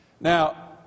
Now